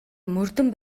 мөрдөн